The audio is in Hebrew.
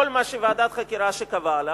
כל מה שוועדת החקירה קבעה עליו,